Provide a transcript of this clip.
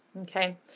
okay